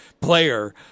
player